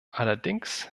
allerdings